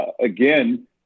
Again